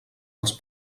els